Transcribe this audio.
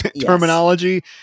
terminology